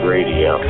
Radio